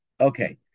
Okay